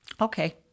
Okay